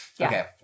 Okay